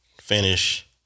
finish